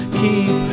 keep